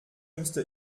müsste